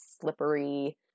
slippery